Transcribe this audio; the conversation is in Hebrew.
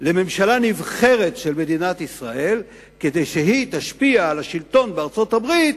לממשלה הנבחרת של מדינת ישראל כדי שהיא תשפיע על השלטון בארצות-הברית